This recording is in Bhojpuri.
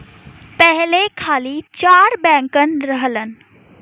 पहिले खाली चार बैंकन रहलन